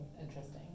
interesting